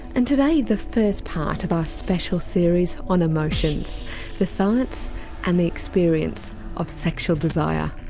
and today the first part of our special series on emotions the science and the experience of sexual desire.